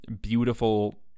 beautiful